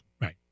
Right